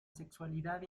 sexualidad